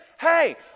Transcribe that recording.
hey